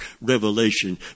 revelation